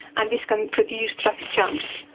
and this can produce traffic jams.